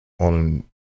on